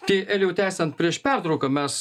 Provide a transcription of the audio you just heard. tai elijau tęsiant prieš pertrauką mes